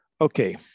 okay